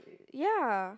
ya